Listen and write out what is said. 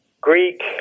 Greek